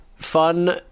Fun